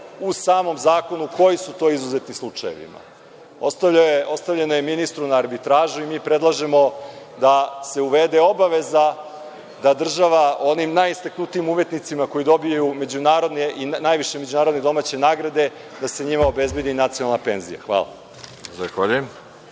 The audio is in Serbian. u samom zakonu koji su to izuzetni slučajevi. Ostavljeno je ministru na arbitražu i mi predlažemo da se uvede obaveza da država onim najistaknutijim umetnicima, koji dobiju međunarodne i najviše međunarodne domaće nagrade, obezbedi nacionalnu penziju. Hvala.